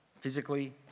physically